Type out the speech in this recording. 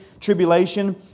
tribulation